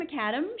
McAdam